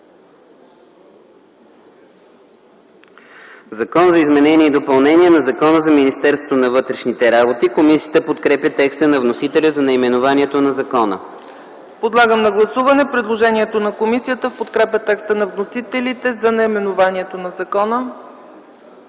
„Закон за изменение и допълнение на Закона за Министерството на вътрешните работи”. Комисията подкрепя текста на вносителя за наименованието на закона. ПРЕДСЕДАТЕЛ ЦЕЦКА ЦАЧЕВА: Подлагам на гласуване предложението на комисията в подкрепа текста на вносителите за наименованието на закона.